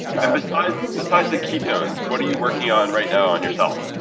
and besides besides the ketones, what are you working on right now on yourself?